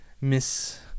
Miss